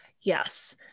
Yes